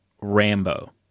Rambo